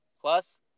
plus